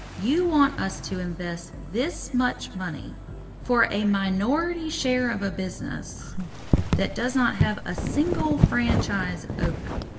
you want us to invest this much money for a minority share of a business that does not have a single franchise open?